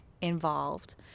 involved